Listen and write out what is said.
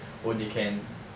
oh they can